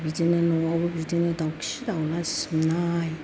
बिदिनो न'आवबो बिदिनो दावखि दावला सिबनाय